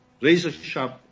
razor-sharp